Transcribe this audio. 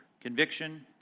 conviction